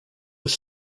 was